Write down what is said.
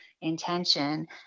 intention